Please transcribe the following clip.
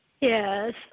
Yes